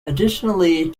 additionally